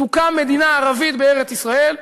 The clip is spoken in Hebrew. תוקם מדינה ערבית בארץ-ישראל,